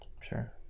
sure